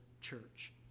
church